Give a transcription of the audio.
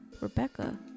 Rebecca